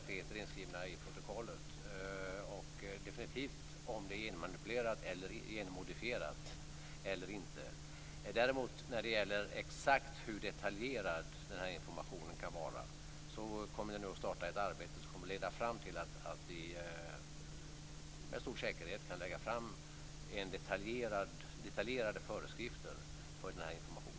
Fru talman! Det finns sådana rättigheter inskrivna i protokollet - definitivt om det är genmanipulerat eller genmodifierat. Ett arbete kommer att starta som kommer att leda fram till att vi med stor säkerhet kan lägga fram detaljerade föreskrifter om hur informationen ska se ut.